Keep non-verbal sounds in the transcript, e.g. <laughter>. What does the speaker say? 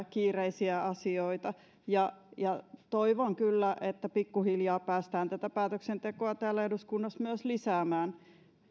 <unintelligible> kiireisiä asioita ja ja toivon kyllä että pikkuhiljaa päästään tätä päätöksentekoa täällä eduskunnassa myös lisäämään